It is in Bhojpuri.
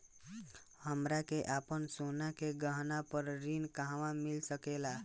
हमरा के आपन सोना के गहना पर ऋण कहवा मिल सकेला?